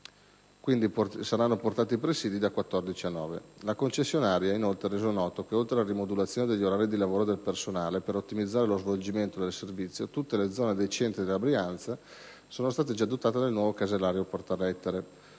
presìdi saranno quindi portati da 14 a 9. La Concessionaria ha inoltre reso noto che, oltre alla rimodulazione degli orari di lavoro del personale, per ottimizzare lo svolgimento del servizio, tutte le zone dei Centri della Brianza sono state già dotate del nuovo casellario portalettere.